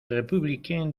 républicain